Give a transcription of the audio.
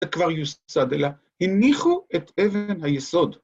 זה כבר יוסד, אלא הניחו את אבן היסוד.